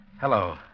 Hello